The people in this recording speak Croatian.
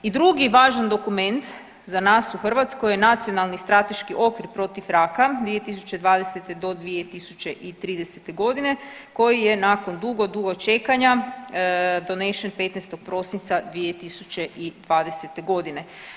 I drugi važan dokument za nas u Hrvatskoj je Nacionalni strateški okvir protiv raka 2020. do 2030. godine koji je nakon dugo, dugo čekanja donesen 15. prosinca 2020. godine.